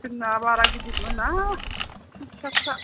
जोंना बारा गिदिर मोना एसे फिसा फिसा